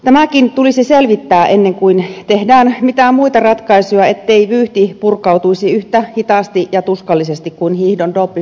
tämäkin tulisi selvittää ennen kuin tehdään mitään muita ratkaisuja ettei vyyhti purkautuisi yhtä hitaasti ja tuskallisesti kuin hiihdon dopingskandaali